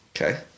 Okay